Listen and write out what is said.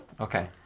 Okay